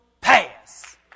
pass